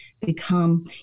become